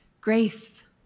Grace